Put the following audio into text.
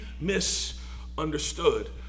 misunderstood